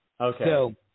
Okay